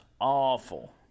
awful